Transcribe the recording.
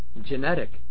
genetic